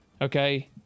Okay